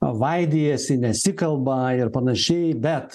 vaidijasi nesikalba ir panašiai bet